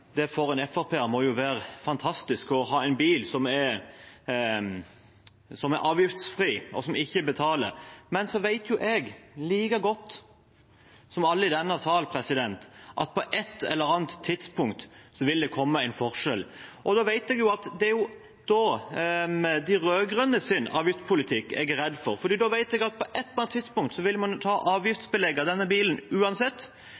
det for en FrP-er må være fantastisk å ha en bil som er avgiftsfri, og som man ikke betaler bompenger for. Så vet jeg like godt som alle andre i denne sal, at på et eller annet tidspunkt vil det komme en endring. Og da er det de rød-grønnes avgiftspolitikk jeg er redd for, for da vet jeg at på et eller annet tidspunkt vil man avgiftsbelegge denne bilen uansett.